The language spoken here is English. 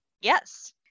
Yes